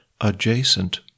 adjacent